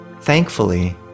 Thankfully